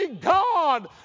God